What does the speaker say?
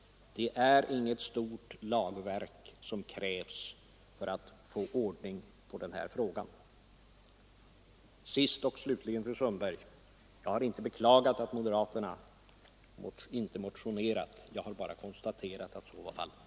Det är inget stort lagverk som krävs för att få ordning på den här frågan. Slutligen, fru Sundberg, har jag inte beklagat att moderaterna inte motionerat — jag har bara konstaterat att så var fallet.